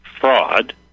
fraud